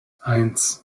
eins